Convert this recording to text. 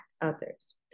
others